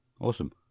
awesome